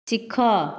ଶିଖ